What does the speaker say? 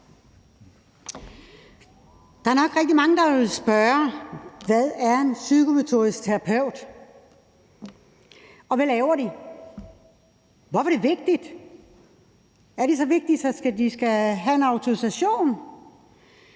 Der er nok rigtig mange, der vil spørge: Hvad er en psykomotorisk terapeut? Og hvad laver de? Hvorfor er det vigtigt? Er de så vigtige, at de skal have en autorisation?